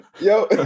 Yo